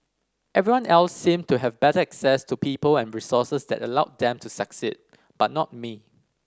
everyone else seemed to have better access to people and resources that allowed them to succeed but not me